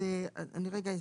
אז אני רגע,